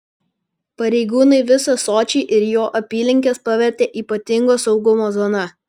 pareigūnai visą sočį ir jo apylinkes pavertė ypatingo saugumo zona